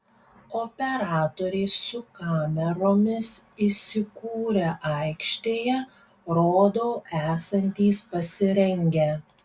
operatoriai su kameromis įsikūrę aikštėje rodo esantys pasirengę